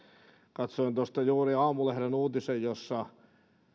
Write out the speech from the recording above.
katsoin juuri aamulehden uutisen jossa